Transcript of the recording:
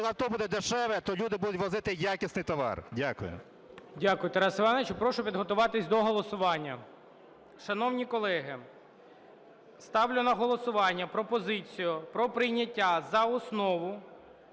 Коли авто буде дешеве, то люди будуть возити якісний товар. Дякую. ГОЛОВУЮЧИЙ. Дякую, Тарасе Івановичу. Прошу підготуватися до голосування. Шановні колеги, ставлю на голосування пропозицію про прийняття за основу…